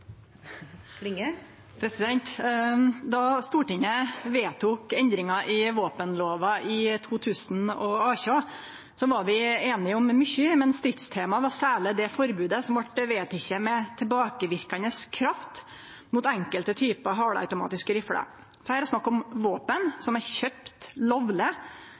Stortinget vedtok endringane i våpenlova i 2018, var vi einige om mykje, men stridstema var særleg det forbodet som vart vedteke med tilbakeverkande kraft mot enkelte typar halvautomatiske rifler. Det er snakk om våpen som er kjøpt lovleg